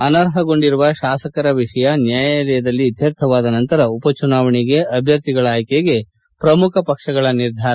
ಅನರ್ಪಗೊಂಡಿರುವ ಶಾಸಕರ ವಿಷಯ ನ್ವಾಯಾಲಯದಲ್ಲಿ ಇತ್ತರ್ಥವಾದ ನಂತರ ಉಪ ಚುನಾವಣೆಗೆ ಅಭ್ವರ್ಥಿಗಳ ಆಯ್ಕೆಗೆ ಪ್ರಮುಖ ಪಕ್ಷಗಳ ನಿರ್ಧಾರ